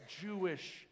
Jewish